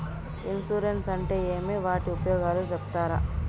Insurance అంటే ఏమి? వాటి ఉపయోగాలు సెప్తారా?